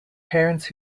parents